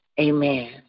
amen